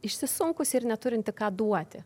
išsisunkusi ir neturinti ką duoti